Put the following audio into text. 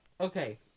Okay